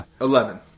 Eleven